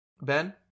ben